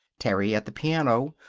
terry, at the piano,